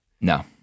No